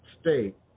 state